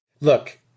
Look